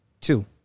Two